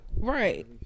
right